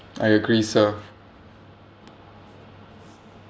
I agree sir